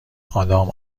آدام